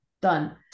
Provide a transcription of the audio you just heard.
done